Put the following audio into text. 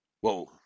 Whoa